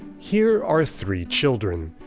here are three children.